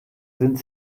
sind